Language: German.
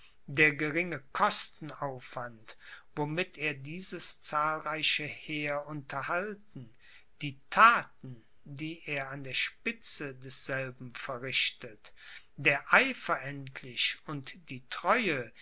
der geringe kostenaufwand womit er dieses zahlreiche heer unterhalten die thaten die er an der spitze desselben verrichtet der eifer endlich und die treue